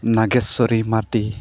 ᱱᱟᱜᱮᱥᱥᱚᱨᱤ Mardi